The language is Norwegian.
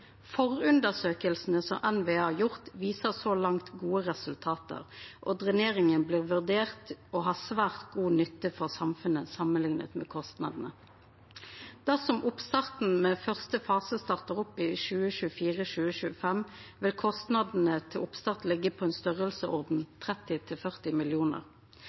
som NVE har gjort, viser så langt gode resultat, og dreneringa blir vurdert å ha svært god nytte for samfunnet samanlikna med kostnadene. Dersom ein startar opp med første fase i 2024–2025, vil kostnadene til oppstart liggja på omkring 30–40 mill. kr. Allereie no i 2022 aukar midlane til